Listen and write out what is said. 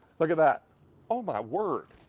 look at. that oh my word.